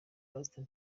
pastor